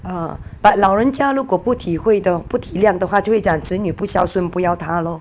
uh but 老人家如果不体会的不体谅的话就会讲子女不孝顺不要她 lor